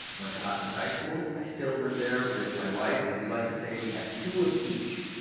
went to hopkins high school. i still live there with my wife and we like to say we have two of each,